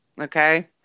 Okay